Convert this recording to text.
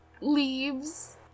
leaves